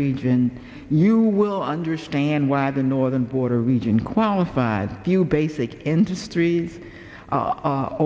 region you will understand why the northern border region qualified few basic industries